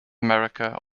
america